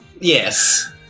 yes